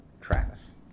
Travis